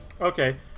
Okay